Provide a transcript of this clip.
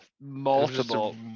multiple